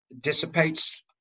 dissipates